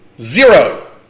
Zero